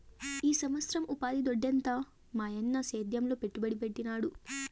ఈ సంవత్సరం ఉపాధి దొడ్డెంత మాయన్న సేద్యంలో పెట్టుబడి పెట్టినాడు